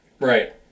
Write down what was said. Right